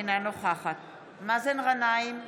אינה נוכחת מאזן גנאים,